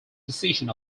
decision